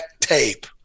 tape